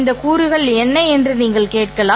இந்த கூறுகள் என்ன என்று நீங்கள் கேட்கலாம்